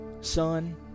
Son